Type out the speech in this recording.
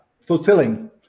fulfilling